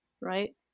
right